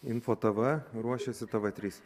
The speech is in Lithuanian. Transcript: info tv ruošiasi tv trys